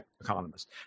economist